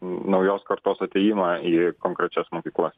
naujos kartos atėjimą į konkrečias mokyklas